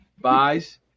buys